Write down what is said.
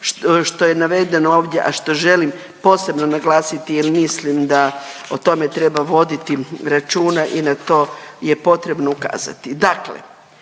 što je navedeno ovdje, a što želim posebno naglasiti jer mislim da o tome treba voditi računa i na to je potrebno ukazati.